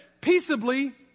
peaceably